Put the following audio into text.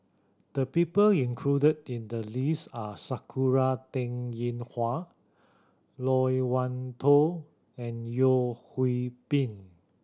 the people included in the list are Sakura Teng Ying Hua Loke Wan Tho and Yeo Hwee Bin